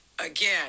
Again